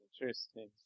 Interesting